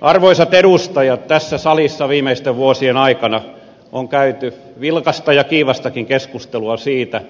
arvoisat edustajat tässä salissa viimeisten vuosien aikana on käyty vilkasta ja kiivastakin keskustelua siitä